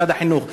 משרד החינוך,